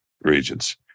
regions